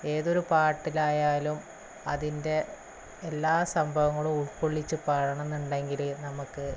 ഏതൊരു പാട്ടിലായാലും അതിൻ്റെ എല്ലാ സംഭവങ്ങളും ഉൾക്കൊള്ളിച്ച് പാടണമെന്നുണ്ടെങ്കില് നമുക്ക്